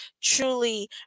truly